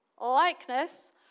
likeness